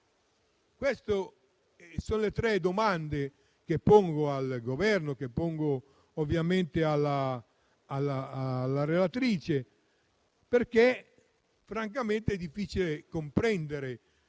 Queste sono le tre domande che pongo al Governo e alla relatrice, perché francamente è difficile comprendere